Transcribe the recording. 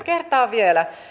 kertaan vielä